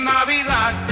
Navidad